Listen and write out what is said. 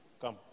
come